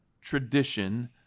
tradition